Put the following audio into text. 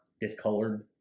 discolored